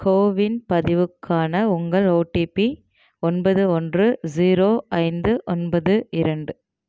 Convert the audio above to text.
CoWIN பதிவுக்கான உங்கள் OTP ஒன்பது ஒன்று ஜீரோ ஐந்து ஒன்பது இரண்டு